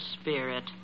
spirit